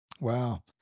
Wow